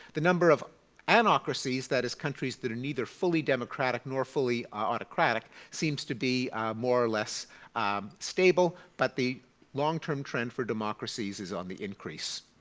the number of anocracies, that is countries that are neither fully democratic nor fully autocratic, seems to be more or less um stable. but the long-term trend for democracies is on the increase.